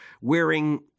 wearing